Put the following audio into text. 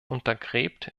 untergräbt